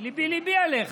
שליבי ליבי עליך.